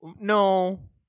no